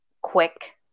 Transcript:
quick